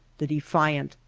the defiant,